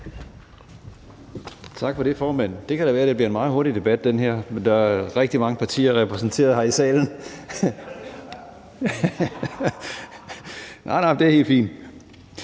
Tak for det, formand. Det kan da være, det bliver en meget hurtig debat. Der er jo virkelig rigtig mange partier repræsenteret her i salen. (Munterhed). Nej, nej, jamen det er helt fint.